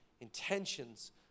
intentions